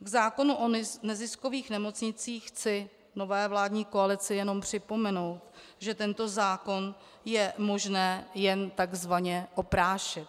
K zákonu o neziskových nemocnicích chci nové vládní koalici jenom připomenout, že tento zákon je možné jen tzv. oprášit.